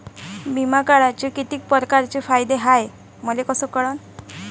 बिमा काढाचे कितीक परकारचे फायदे हाय मले कस कळन?